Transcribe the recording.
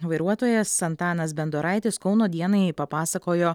vairuotojas antanas bendoraitis kauno dienai papasakojo